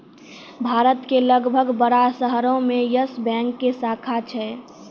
भारत के लगभग बड़का शहरो मे यस बैंक के शाखा छै